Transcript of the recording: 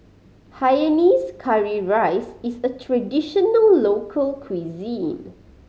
hainanese curry rice is a traditional local cuisine